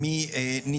הם יכולים את (א) לא